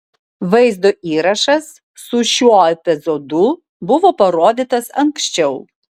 vaizdo įrašas su šiuo epizodu buvo parodytas anksčiau